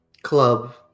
club